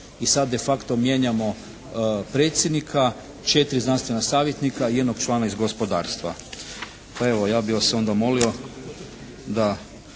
i sad de facto mijenjamo predsjednika, 4 znanstvena savjetnika i jednog člana iz gospodarstva. Pa evo ja bih vas onda molio da